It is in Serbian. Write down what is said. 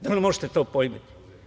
Da li možete to pojmiti?